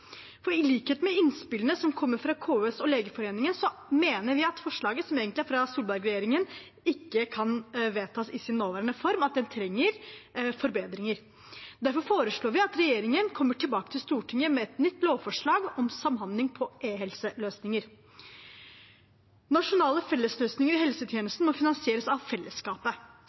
For i likhet med innspillene som kommer fra KS og Legeforeningen, mener vi at forslaget, som egentlig er fra Solberg-regjeringen, ikke kan vedtas i sin nåværende form, men trenger forbedringer. Derfor foreslår vi at regjeringen kommer tilbake til Stortinget med et nytt lovforslag om samhandling på e-helseløsninger. Nasjonale fellesløsninger i helsetjenesten må finansieres av fellesskapet.